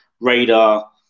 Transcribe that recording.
radar